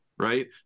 Right